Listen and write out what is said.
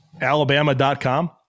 Alabama.com